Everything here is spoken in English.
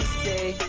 say